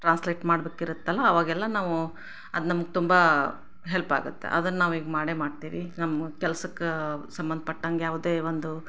translate ಮಾಡ್ಬೇಕಿರುತ್ತಲ್ವ ಅವಾಗೆಲ್ಲ ನಾವು ಅದು ನಮಗೆ ತುಂಬ ಹೆಲ್ಪಾಗುತ್ತೆ ಅದನ್ನು ನಾವು ಈಗ ಮಾಡೇ ಮಾಡ್ತೇವೆ ನಮ್ಮ ಕೆಲ್ಸಕ್ಕೆ ಸಂಬಂಧ್ಪಟ್ಟಂಗೆ ಯಾವುದೇ ಒಂದು